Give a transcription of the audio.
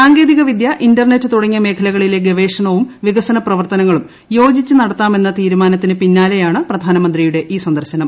സാങ്കേതികവിദ്യ ഇന്റർനെറ്റ് തുടങ്ങിയ മേഖലകളിലെ ഗവേഷണവും വികസന പ്രവർത്തനങ്ങളും യോജിച്ച് നടത്താമെന്ന തീരുമാനത്തിന് പിന്നാലെയാണ് പ്രധാനമന്ത്രിയുടെ ഈ സന്ദർശനം